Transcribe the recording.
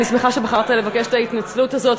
אני שמחה שבחרת לבקש את ההתנצלות הזאת.